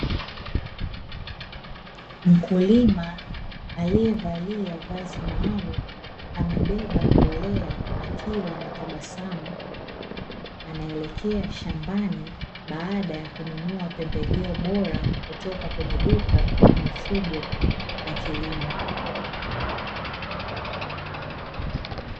Mkulima aliyevalia vazi maalumu amebeba mbolea akiwa na tabasamu, anaelekea shambani baada ya kununua pembejeo bora, kutoka kwenye duka la mifugo na kilimo.